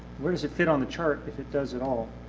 where does it fit on the chart, if it does at all?